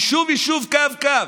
יישוב-יישוב, קו-קו.